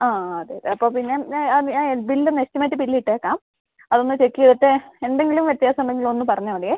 ആ അതെ അപ്പം പിന്നെ എന്നാ അത് ഞാൻ ബില്ലൊന്ന് എസ്റ്റിമേറ്റ് ബില്ലിട്ടേക്കാം അതൊന്ന് ചെക്ക് ചെയ്തിട്ട് എന്തെങ്കിലും വ്യത്യാസം ഉണ്ടെങ്കിലൊന്ന് പറഞ്ഞാൽ മതിയേ